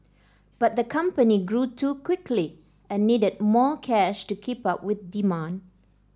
but the company grew too quickly and needed more cash to keep up with demand